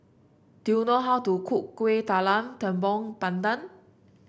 do you know how to cook Kuih Talam Tepong Pandan